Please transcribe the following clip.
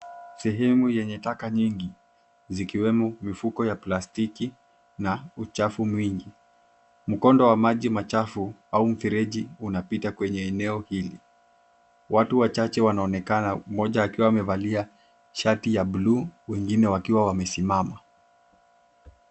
Sehemu yenye taka nyingi ziwemo mifuko ya plastiki na uchafu mwingi mkondo wa maji machafu au mfreji unapita kwenye eneo hili. Watu wachache wanaonekana mmoja akiwa amevalia shati ya bluu wengine wakiwa wamesimama.